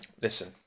Listen